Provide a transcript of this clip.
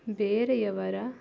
ಬೇರೆಯವರ